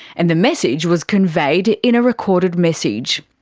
and the message was conveyed in a recorded message.